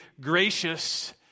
gracious